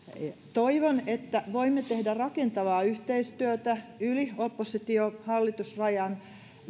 toivon että voimme tehdä rakentavaa yhteistyötä yli oppositio hallitus rajan